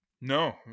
No